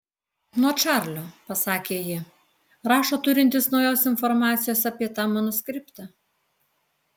nuo čarlio pasakė ji rašo turintis naujos informacijos apie tą manuskriptą